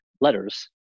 letters